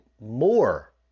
more